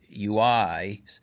UI